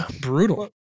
Brutal